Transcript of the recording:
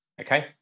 Okay